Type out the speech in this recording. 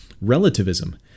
relativism